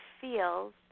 feels